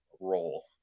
role